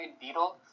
Beetle